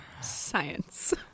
Science